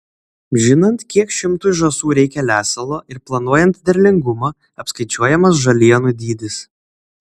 žinant kiek šimtui žąsų reikia lesalo ir planuojant derlingumą apskaičiuojamas žalienų dydis